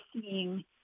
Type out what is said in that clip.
seeing